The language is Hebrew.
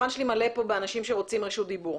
אנשים שמבקשים פה רשות דיבור.